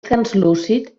translúcid